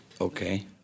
okay